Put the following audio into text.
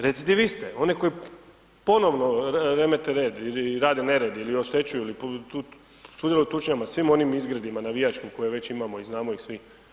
Recidiviste, one koji ponovno remete red ili rade nered ili oštećuju, sudjeluju u tučnjavama, svim onim izgredima navijačkim koje već imamo i znamo ih svi.